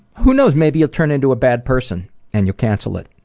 who knows, maybe you'll turn into a bad person and you'll cancel it.